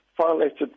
violated